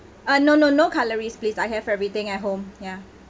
uh no no no cutleries please I have everything at home ya